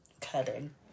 Cutting